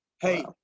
hey